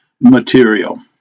material